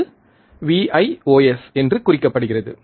அது Vios என்று குறிக்கப்படுகிறது